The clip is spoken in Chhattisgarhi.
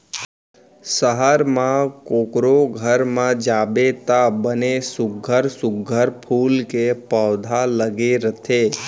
सहर म कोकरो घर म जाबे त बने सुग्घर सुघ्घर फूल के पउधा लगे रथे